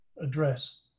address